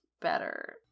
better